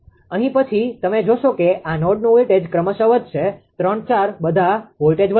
અહીં પછી તમે જોશો કે આ નોડનું વોલ્ટેજ ક્રમશ વધશે 3 4 બધા વોલ્ટેજ વધશે